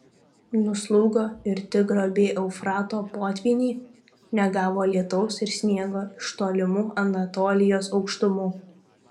nuslūgo ir tigro bei eufrato potvyniai negavo lietaus ir sniego iš tolimų anatolijos aukštumų